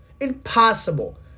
Impossible